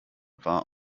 war